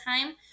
time